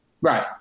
Right